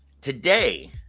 today